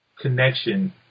connection